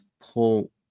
pull